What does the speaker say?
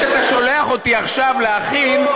כשאתה שולח אותי עכשיו להכין,